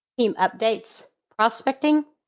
team updates, prospecting,